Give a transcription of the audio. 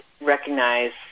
recognize